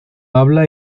habla